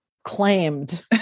claimed